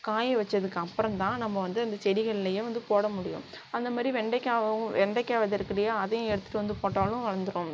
காய வச்சதுக்கப்பறம் தான் நம்ம வந்து அந்த செடிகள்லையே வந்து போட முடியும் அந்த மாதிரி வெண்டைக்காயைவும் வெண்டைக்காய் வெதை இருக்குது இல்லையா அதையும் எடுத்துகிட்டு வந்து போட்டாலும் வளந்துடும்